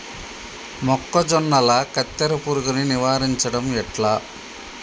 మొక్కజొన్నల కత్తెర పురుగుని నివారించడం ఎట్లా?